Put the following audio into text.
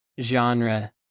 genre